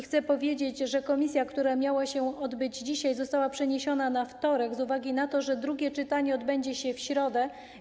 Chcę powiedzieć, że posiedzenie komisji, które miało się odbyć dzisiaj, zostało przeniesione na wtorek z uwagi na to, że drugie czytanie odbędzie się w środę.